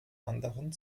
anderen